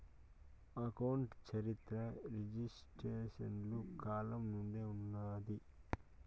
account చరిత్ర ఈజిప్షియన్ల కాలం నుండే ఉన్నాది